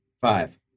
five